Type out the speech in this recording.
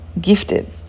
gifted